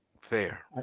Fair